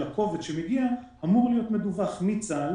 שהיו אמורים להיות מדווחים מצה"ל